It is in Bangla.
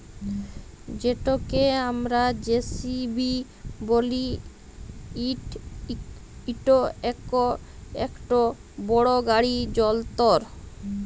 যেটকে আমরা জে.সি.বি ব্যলি ইট ইকট বড় গাড়ি যল্তর